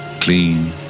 Clean